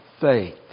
faith